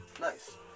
Nice